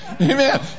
Amen